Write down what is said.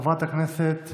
חברת הכנסת